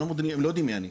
הם לא יודעים מי אני,